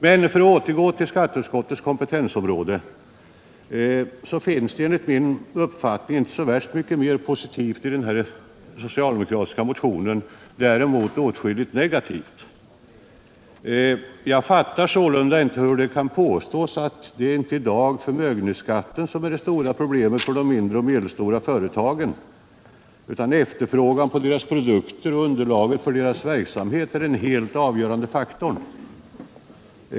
Men för att återgå till skatteutskottets kompetensområde finns det enligt min uppfattning inte så värst mycket mera positivt i den socialdemokratiska motionen — däremot åtskilligt negativt. Sålunda fattar jag inte hur det kan påstås att det i dag inte är förmögenhetsskatten som är det stora problemet för de mindre och medelstora företagen utan att det är efterfrågan på deras produkter och underlaget för deras verksamhet som är den helt avgörande faktorn.